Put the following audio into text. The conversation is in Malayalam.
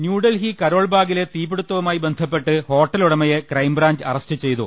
ന്യൂഡൽഹി കരോൾബാഗിലെ തീപിടുത്തവുമായി ബന്ധപ്പെട്ട് ഹോട്ടലുടമയെ ക്രൈംബ്രാഞ്ച് അറസ്റ്റ് ചെയ്തു